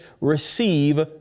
receive